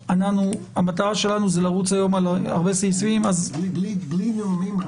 המטרה שלנו לרוץ היום על הרבה סעיפים -- בלי נאומים.